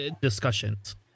Discussions